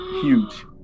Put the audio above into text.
Huge